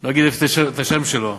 אני לא אגיד את השם שלו.